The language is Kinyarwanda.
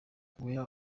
guhera